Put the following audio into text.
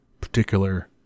particular